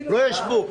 לא ישבו.